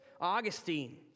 Augustine